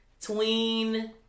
tween